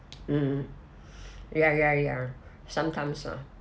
mm ya ya ya sometimes lah